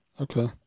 Okay